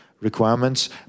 requirements